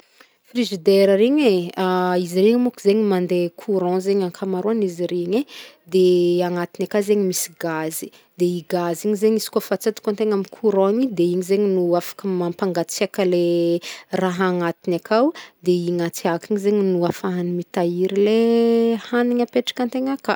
Frigidaire regny e, izy regny môko zegny mande courant zegny ankamaroagn'izy regny e, de agnatigny akao zegny misy gazy, de i gazy igny zegny izy kaofa atsatokantegna amy courant igny de igny zegny no afaka mampangatsiaka le raha agnatiny akao, de igny hatsiàka igny zegny no afahany mitahiry le hagniny napetrak'i tegna aka.